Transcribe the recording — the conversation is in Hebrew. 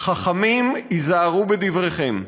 "חכמים היזהרו בדבריכם,